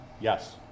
Yes